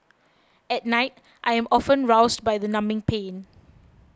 at night I am often roused by the numbing pain